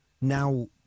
now